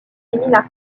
emil